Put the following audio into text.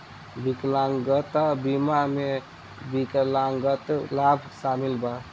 विकलांगता बीमा में विकलांगता लाभ शामिल बा